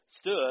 stood